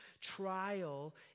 trial